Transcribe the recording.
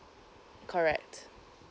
correct